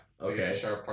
Okay